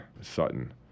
sutton